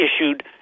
issued